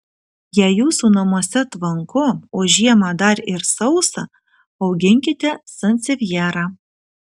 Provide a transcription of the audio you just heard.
jei jūsų namuose tvanku o žiemą dar ir sausa auginkite sansevjerą